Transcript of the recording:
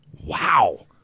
Wow